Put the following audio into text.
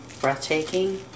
breathtaking